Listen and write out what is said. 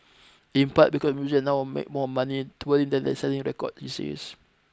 in part because musicians now make more money touring than selling records he says